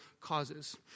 causes